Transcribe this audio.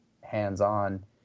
hands-on